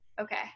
Okay